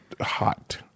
hot